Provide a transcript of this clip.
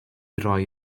roi